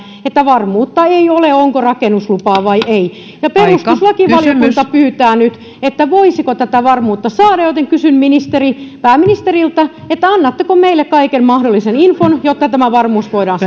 että varmuutta ei ole onko rakennuslupaa vai ei perustuslakivaliokunta pyytää nyt että voisiko tätä varmuutta saada joten kysyn pääministeriltä annatteko meille kaiken mahdollisen infon jotta tämä varmuus voidaan